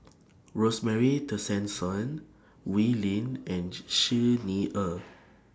Rosemary Tessensohn Wee Lin and Xi Xi Ni Er